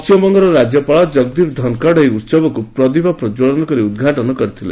ପଣ୍ଟିମବଙ୍ଗର ରାଜ୍ୟପାଳ ଜଗଦୀପ ଧନ୍ଖଡ୍ ଏହି ଉହବକୁ ପ୍ରଦୀପ ପ୍ରକୃଳନ କରି ଉଦ୍ଘାଟନ କରିଥିଲେ